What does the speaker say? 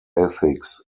ethics